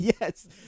Yes